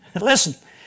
Listen